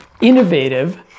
innovative